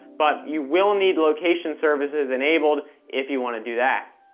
but you will need location services enabled if you want to do that.